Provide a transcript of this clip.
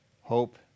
hope